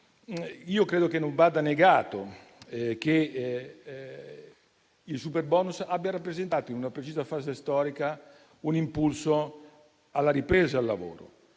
penso che non vada negato che il superbonus abbia rappresentato, in una precisa fase storica, un impulso alla ripresa e al lavoro.